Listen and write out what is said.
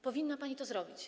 Powinna pani to zrobić.